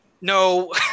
No